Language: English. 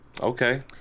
Okay